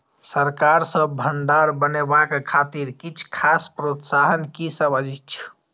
सरकार सँ भण्डार बनेवाक खातिर किछ खास प्रोत्साहन कि सब अइछ?